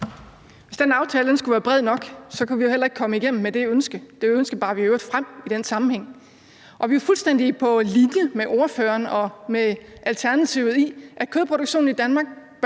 Hvis den aftale skulle være bred nok, kunne vi jo heller ikke komme igennem med det ønske. Det ønske bar vi i øvrigt frem i den sammenhæng. Vi er fuldstændig på linje med ordføreren og med Alternativet i, at kødproduktionen i Danmark